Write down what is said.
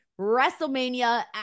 WrestleMania